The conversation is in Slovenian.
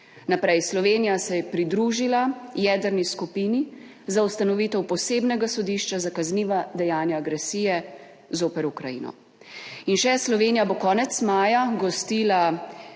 Naprej, Slovenija se je pridružila jedrni skupini za ustanovitev posebnega sodišča za kazniva dejanja agresije zoper Ukrajino. In še, Slovenija bo konec maja gostila